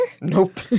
Nope